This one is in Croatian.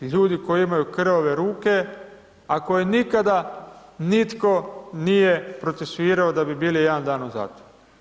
Ljudi koji imaju krvave ruke, a koji nikada nitko nije procesuirao da bi bili jedan dan u zatvoru.